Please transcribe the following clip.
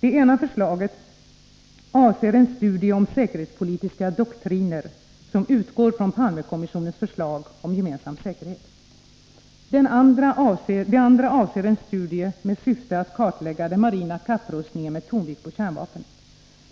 Det ena förslaget avser en studie om säkerhetspolitiska doktriner som utgår från Palmekommissionens förslag om gemensam säkerhet. Det andra avser en studie med syfte att kartlägga den marina kapprustningen med tonvikt på kärnvapen.